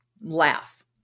laugh